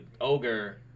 ogre